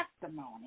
testimony